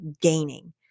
gaining